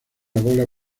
gola